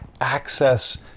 access